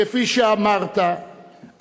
כפי שאמרת,